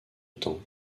temps